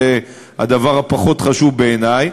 זה הדבר הפחות-חשוב בעיני.